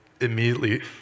immediately